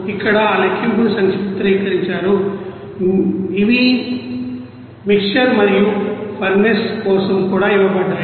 ఇక్కడ ఆ లెక్కింపును సంక్షిప్తీకరించారు ఇవి మిక్సర్ మరియు ఫర్నేస్ కోసం కూడా ఇవ్వబడ్డాయి